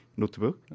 notebook